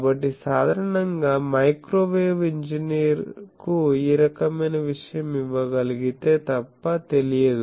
కాబట్టి సాధారణంగా microwave engineer కు ఈ రకమైన విషయం ఇవ్వగలిగితే తప్ప తెలియదు